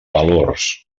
valors